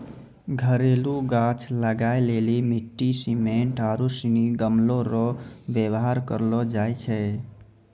घरेलू गाछ लगाय लेली मिट्टी, सिमेन्ट आरू सनी गमलो रो वेवहार करलो जाय छै